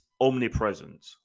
omnipresent